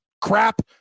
crap